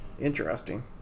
Interesting